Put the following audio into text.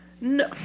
No